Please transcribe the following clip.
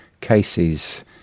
cases